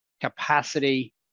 capacity